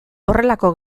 horrelako